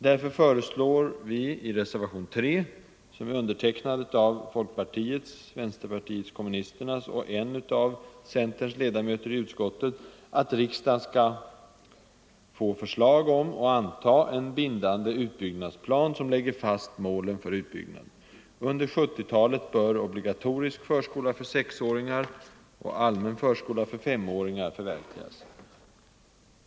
Därför föreslår vi i reservationen 3, som är undertecknad av folkpartiets, vänsterpartiet kommunisternas och en av centerns ledamöter i utskottet, att riksdagen skall få förslag om och anta en bindande utbyggnadsplan som lägger fast målen för utbyggnaden. Under 1970-talet bör obligatorisk förskola för sexåringar och allmän förskola för femåringar förverkligas.